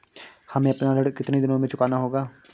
हमें अपना ऋण कितनी दिनों में चुकाना होगा?